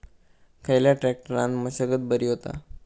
खयल्या ट्रॅक्टरान मशागत बरी होता?